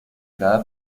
cada